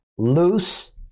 Loose